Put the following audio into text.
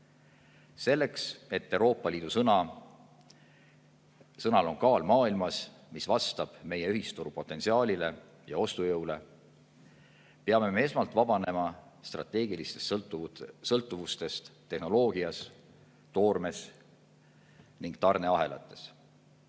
Selleks, et Euroopa Liidu sõnal oleks maailmas kaal, mis vastab meie ühisturu potentsiaalile ja ostujõule, peame me esmalt vabanema strateegilistest sõltuvustest tehnoloogias, toormes ning tarneahelates.